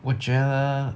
我觉得